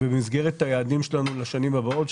במסגרת היעדים שלנו לשנים הבאות,